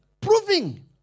proving